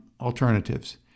alternatives